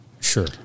Sure